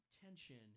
tension